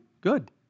Good